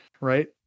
Right